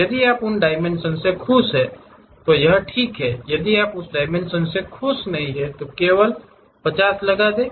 यदि आप उन डायमेंशन से खुश हैं तो यह ठीक है यदि आप उस डायमेंशन से खुश नहीं हैं केवल 50 लगा दें